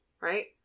Right